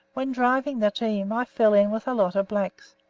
when driving the team, i fell in with a lot of blacks.